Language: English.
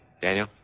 Daniel